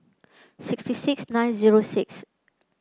sixty six nine zero six